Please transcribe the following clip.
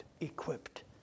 equipped